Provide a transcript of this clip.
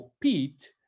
Pete